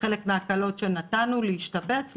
חלק מההקלות שנתנו זה להשתבץ,